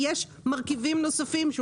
יש מרכיבים נוספים.